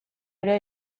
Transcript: ere